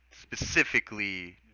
specifically